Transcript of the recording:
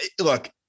look